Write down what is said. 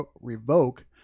revoke